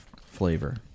flavor